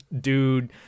dude